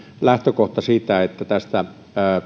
lähtökohta siitä että tästä